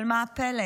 אבל מה הפלא?